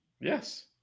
Yes